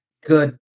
good